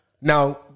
now